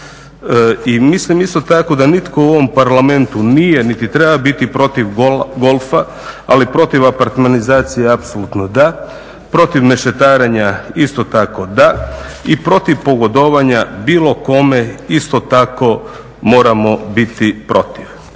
i mislim isto tako da nitko u ovom parlamentu nije niti treba biti protiv golfa, ali protiv apartmanizacije apsolutno da, protiv mešetarenja isto tako da i protiv pogodovanja bilo kome isto tako moramo biti protiv.